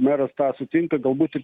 meras tą sutinka galbūt ir